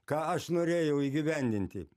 ką aš norėjau įgyvendinti